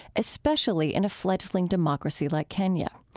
especially in a fledgling democracy like kenya.